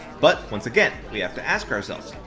but once again, we have to ask ourselves,